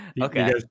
Okay